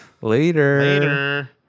Later